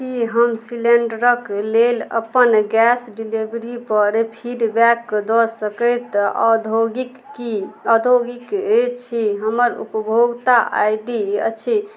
कि हम सिलिण्डरके लेल अपन गैस डिलिवरीपर फीडबैक दऽ सकैत औद्योगिक कि औद्योगिक छी हमर उपभोक्ता आइ डी अछि